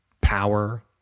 power